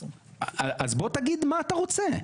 אז בוא ותגיד מה אתה רוצה.